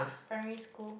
primary school